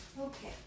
okay